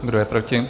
Kdo je proti?